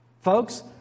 Folks